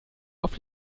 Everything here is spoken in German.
auf